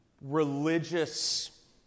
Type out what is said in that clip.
religious